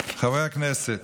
חברי הכנסת,